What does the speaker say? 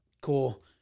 Cool